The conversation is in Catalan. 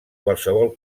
qualsevol